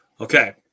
Okay